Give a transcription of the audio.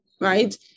right